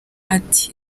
ati